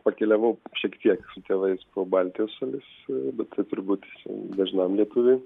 pakeliavau šiek tiek su tėvais po baltijos šalis bet tai turbūt dažnam lietuviui